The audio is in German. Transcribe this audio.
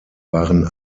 waren